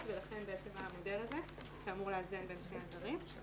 ולכן בעצם המודל הזה שאמור לאזן בין שני הדברים.